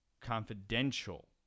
Confidential